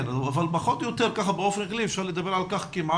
אבל פחות או יותר באופן כללי אפשר לדבר על שכמעט